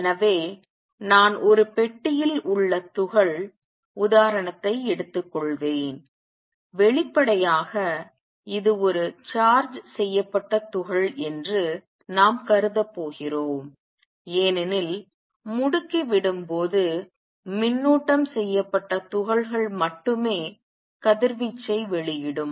எனவே நான் ஒரு பெட்டியில் உள்ள துகள் உதாரணத்தை எடுத்துக்கொள்வேன் வெளிப்படையாக இது ஒரு சார்ஜ் செய்யப்பட்ட துகள் என்று நாம் கருதப் போகிறோம் ஏனெனில் முடுக்கிவிடும்போது மின்னூட்டம் செய்யப்பட்ட துகள்கள் மட்டுமே கதிர்வீச்சை வெளியிடும்